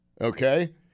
okay